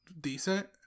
decent